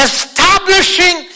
Establishing